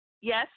yes